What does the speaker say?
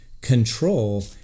control